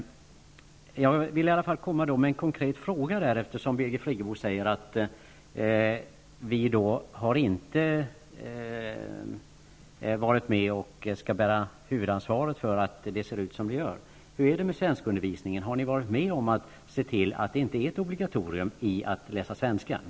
Jag vill ställa en konkret fråga, eftersom Birgit Friggebo säger att folkpartiet inte har varit med om att fatta besluten och inte skall bära huvudansvaret för att det ser ut som det gör. Hur är det med svenskundervisningen? Har ni varit med om att se till att det inte är ett obligatorium för invandrare att läsa svenska?